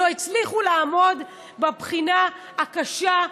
לא הצליחו לעמוד בבחינה הקשה,